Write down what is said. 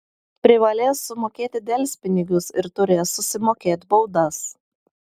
privalės sumokėti delspinigius ir turės susimokėt baudas